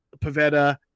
Pavetta